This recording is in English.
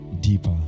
Deeper